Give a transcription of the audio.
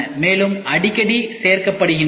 மேலும் அடிக்கடி சேர்க்கப்படுகின்றன